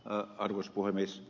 arvoisa puhemies